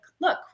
look